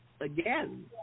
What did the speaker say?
again